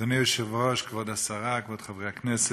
היושב-ראש, כבוד השרה, כבוד חברי הכנסת,